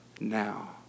Now